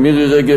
מירי רגב,